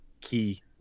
key